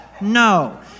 No